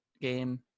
game